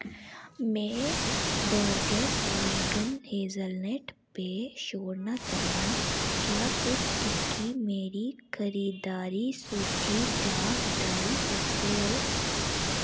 में Borges vegan hazelnut पेय छोड़ना चाह्न्नां क्या तुस इसगी मेरी खरीदारी सूची चा हटाई सकदे ओ